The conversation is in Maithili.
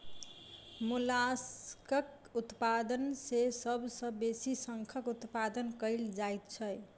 मोलास्कक उत्पादन मे सभ सॅ बेसी शंखक उत्पादन कएल जाइत छै